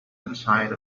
inside